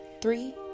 three